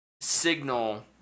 signal